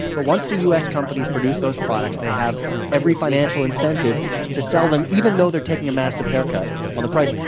but once the u. s. companies produce those products, they have every financial incentive to sell them even though they're taking a massive haircut on the price.